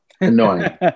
Annoying